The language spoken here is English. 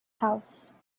house